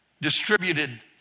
distributed